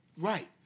Right